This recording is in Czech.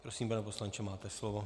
Prosím, pane poslanče, máte slovo.